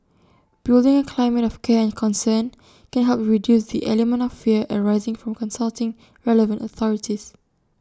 building A climate of care and concern can help reduce the element of fear arising from consulting relevant authorities